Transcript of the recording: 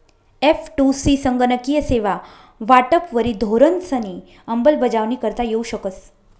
एफ.टु.सी संगणकीय सेवा वाटपवरी धोरणंसनी अंमलबजावणी करता येऊ शकस